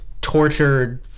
tortured